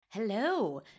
Hello